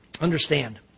Understand